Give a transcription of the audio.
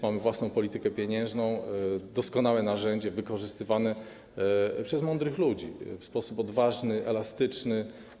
Mamy własną politykę pieniężną, doskonałe narzędzie wykorzystywane przez mądrych ludzi w sposób odważny, elastyczny.